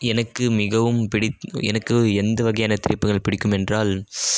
எனக்கு மிகவும் பிடித்த எனக்கு எந்த வகையான திரைப்படங்கள் பிடிக்கும் என்றால்